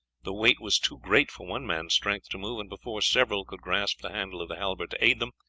the weight was too great for one man's strength to move, and before several could grasp the handle of the halbert to aid them,